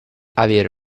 avere